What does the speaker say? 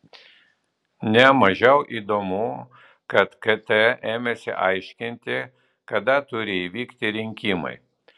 ne mažiau įdomu kad kt ėmėsi aiškinti kada turi įvykti rinkimai